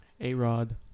A-Rod